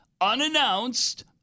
unannounced